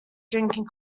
drinking